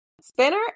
spinner